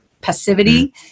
passivity